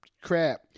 crap